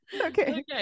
Okay